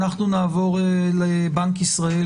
אנחנו נעבור לבנק ישראל.